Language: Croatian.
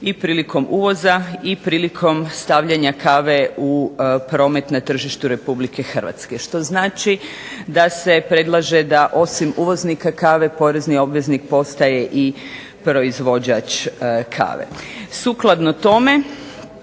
i prilikom uvoza i prilikom stavljanja kave u promet na tržištu Republike Hrvatske, što znači da se predlaže da osim uvoznika kave porezni obveznik postaje i proizvođač kave. Sukladno tome,